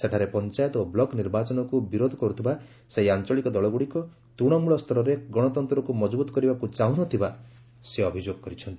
ସେଠାରେ ପଞ୍ଚାୟତ ଓ ବ୍ଲକ୍ ନିର୍ବାଚନକୁ ବିରୋଧ କରୁଥିବା ସେହି ଆଞ୍ଚଳିକ ଦଳଗୁଡ଼ିକ ତୃଣମୂଳ ସ୍ତରରେ ଗଣତନ୍ତ୍ରକୁ ମଜବୁତ୍ କରିବାକୁ ଚାହୁଁ ନ ଥିବା ସେ ଅଭିଯୋଗ କରିଛନ୍ତି